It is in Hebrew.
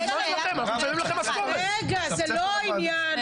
רגע זה לא העניין,